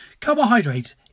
Carbohydrates